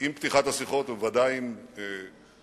עם פתיחת השיחות, ובוודאי עם סיומן,